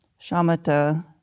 Shamatha